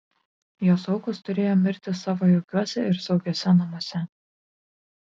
jos aukos turėjo mirti savo jaukiuose ir saugiuose namuose